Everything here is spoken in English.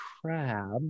crab